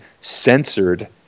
censored